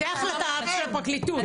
זה החלטה של הפרקליטות,